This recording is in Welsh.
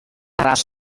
arall